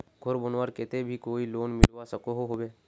घोर बनवार केते भी कोई लोन मिलवा सकोहो होबे?